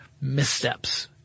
missteps